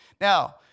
Now